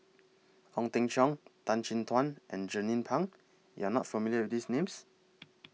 Ong Teng Cheong Tan Chin Tuan and Jernnine Pang YOU Are not familiar with These Names